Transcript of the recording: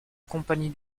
compagnie